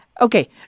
Okay